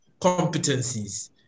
competencies